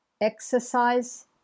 Exercise